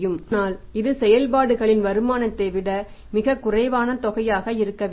ஆனால் இது செயல்பாடுகளின் வருமானத்தை விட மிகக் குறைவான தொகையாக இருக்க வேண்டும்